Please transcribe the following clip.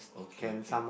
okay okay